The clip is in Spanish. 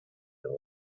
oro